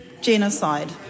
genocide